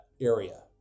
area